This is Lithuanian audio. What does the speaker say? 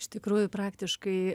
iš tikrųjų praktiškai